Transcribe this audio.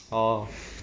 orh